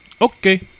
Okay